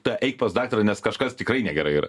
ta eik pas daktarą nes kažkas tikrai negerai yra